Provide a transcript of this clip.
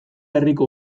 herriko